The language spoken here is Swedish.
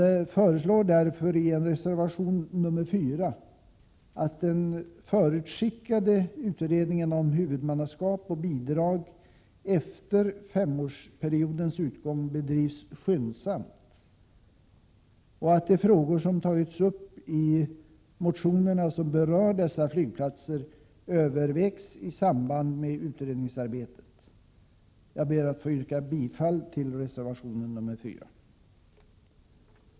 Vi föreslår därför i reservation 4 att den förutskickade utredningen om huvudmannaskap och bidrag efter femårsperiodens utgång bedrivs skyndsamt och att de frågor som tagits upp i de motioner som berör dessa flygplatser övervägs i samband med utredningsarbetet. Jag ber att få yrka bifall till reservation 4.